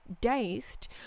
diced